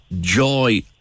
joy